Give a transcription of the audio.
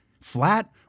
flat